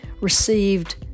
received